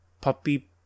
Puppy